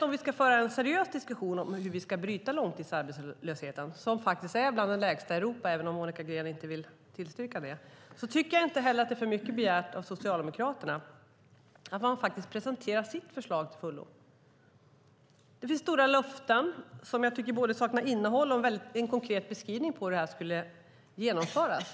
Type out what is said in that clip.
Om vi ska föra en seriös diskussion om hur vi ska bryta långtidsarbetslösheten, som faktiskt är bland den lägsta i Europa, även om Monica Green inte vill tillstyrka det, tycker jag inte att det är för mycket begärt att Socialdemokraterna faktiskt presenterar sitt förslag till fullo. Det finns stora löften som jag tycker saknar både innehåll och en konkret beskrivning av hur det skulle genomföras.